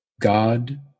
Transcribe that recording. God